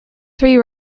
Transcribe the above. three